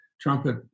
trumpet